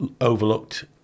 overlooked